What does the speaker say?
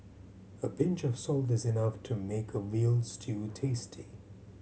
a pinch of salt is enough to make a veal stew tasty